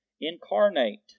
incarnate